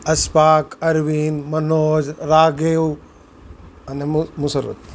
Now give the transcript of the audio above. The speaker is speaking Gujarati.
અશફાક અરવિંદ મનોજ રાઘેવ અને મુશ મુશરફ